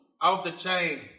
off-the-chain